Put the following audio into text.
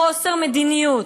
חוסר מדיניות,